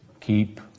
keep